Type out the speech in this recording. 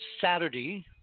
Saturday